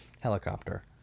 Helicopter